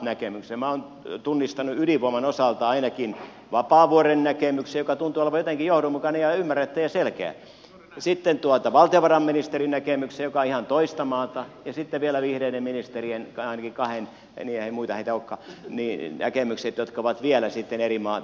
minä olen tunnistanut ydinvoiman osalta ainakin vapaavuoren näkemyksen joka tuntuu olevan jotenkin johdonmukainen ja ymmärrettävä ja selkeä sitten valtiovarainministerin näkemyksen joka on ihan toista maata ja sitten vielä vihreiden ministerien ainakin kahden niin ei muita heitä olekaan näkemykset jotka ovat vielä sitten eri maata